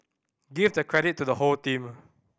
give the credit to the whole team